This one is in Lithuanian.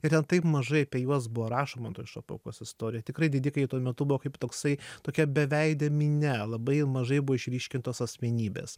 ir ten taip mažai apie juos buvo rašoma toj šapokos istorijoj tikrai didikai tuo metu buvo kaip toksai tokia beveidė minia labai mažai buvo išryškintos asmenybės